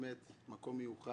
באמת מקום מיוחד